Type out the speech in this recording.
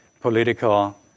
political